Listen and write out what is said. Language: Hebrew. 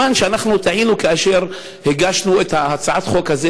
סימן שטעינו כאשר הגשנו את הצעת החוק הזאת,